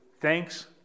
thanks